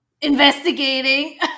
investigating